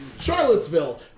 Charlottesville